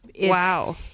Wow